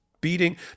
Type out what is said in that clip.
beating